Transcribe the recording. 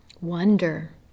wonder